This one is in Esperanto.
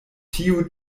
tio